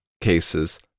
cases